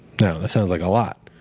now, that sounds like a lot.